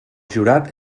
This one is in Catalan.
jurat